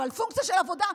אבל פונקציה של עבודה.